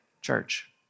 church